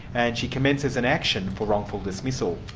and she commences an action for wrongful dismissal.